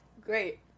great